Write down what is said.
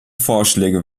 vorschläge